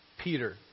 Peter